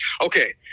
Okay